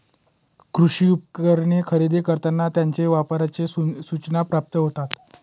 कृषी उपकरणे खरेदी करताना त्यांच्या वापराच्या सूचना प्राप्त होतात